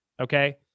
okay